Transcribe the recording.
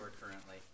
currently